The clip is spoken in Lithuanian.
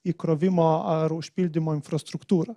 įkrovimo ar užpildymo infrastruktūrą